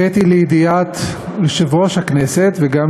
הבאתי לידיעת יושב-ראש הכנסת וגם